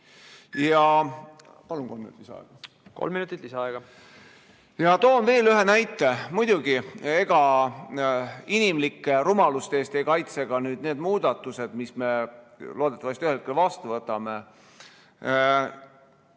Toon veel ühe näite. Muidugi, ega inimlike rumaluste eest ei kaitse ka nüüd need muudatused, mis me loodetavasti ühel hetkel vastu võtame.